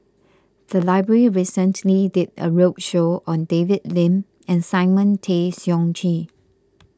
the library recently did a roadshow on David Lim and Simon Tay Seong Chee